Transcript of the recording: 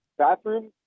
Bathroom